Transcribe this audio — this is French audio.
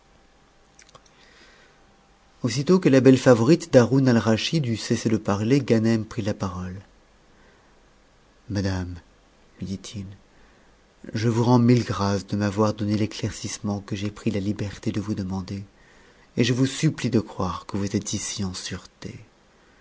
aussitôt que la belle favorite d'haroun atrascbid eut cessé de parler canem prit la parole madame lui dit-il je vous rends mille grâces de m'avoir donné l'éclaircissement que j'ai pris la liberté de vous demander et je vous supplie de croire que vous êtes ici en sûreté